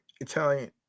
italian